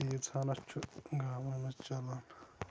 تیٖژ ہنَتھ چھُ گامَن منٛز چَلان